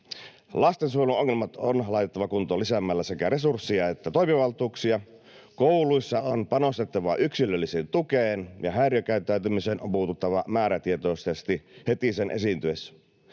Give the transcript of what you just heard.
Lastensuojelun ongelmat on laitettava kuntoon lisäämällä sekä resursseja että toimivaltuuksia. Kouluissa on panostettava yksilölliseen tukeen, ja häiriökäyttäytymiseen on puututtava määrätietoisesti heti sen esiintyessä.